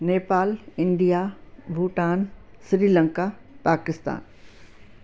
Nepal India Bhutan Sri Lanka Pakistan